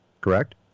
Correct